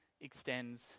extends